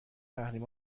تحریم